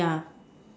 yeah